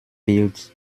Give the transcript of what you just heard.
wird